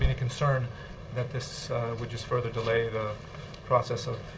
and concern that this would just further delay the process of